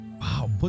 Wow